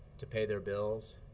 to pay their bills,